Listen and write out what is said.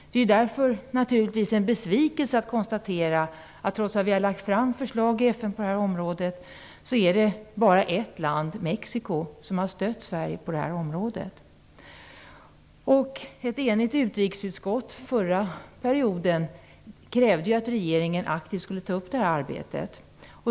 Det är därför naturligtvis en besvikelse att konstatera att när vi har lagt fram förslag på det här området i FN är det bara ett land, Mexiko, som har stött oss. Ett enigt utrikesutskott förra perioden krävde att regeringen aktivt skulle ta upp det här arbetet.